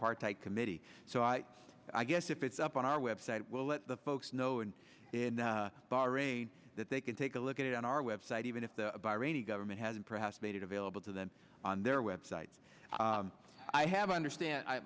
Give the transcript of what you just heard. apartheid committee so i guess if it's up on our website we'll let the folks know in bahrain that they can take a look at it on our website even if the bahraini government hasn't perhaps made it available to them on their websites i have understand